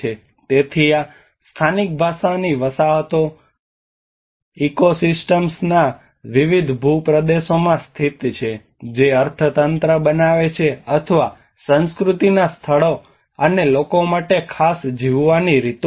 તેથી આ સ્થાનિક ભાષાની વસાહતો ઇકોસિસ્ટમ્સના વિવિધ ભૂપ્રદેશોમાં સ્થિત છે જે અર્થતંત્ર બનાવે છે અથવા સંસ્કૃતિના સ્થળો અને લોકો માટે ખાસ જીવવાની રીતો છે